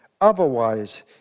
Otherwise